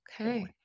Okay